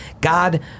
God